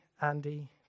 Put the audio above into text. Andy